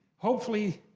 hopefully,